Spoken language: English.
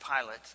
Pilate